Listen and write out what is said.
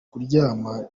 kuryama